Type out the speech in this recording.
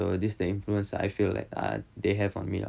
so this is the influence I feel ah they have on me lah